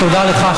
אז תודה לך,